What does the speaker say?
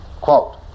Quote